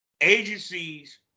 agencies